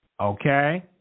Okay